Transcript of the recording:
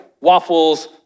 waffles